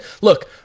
look